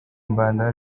mbanda